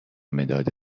مداد